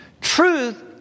Truth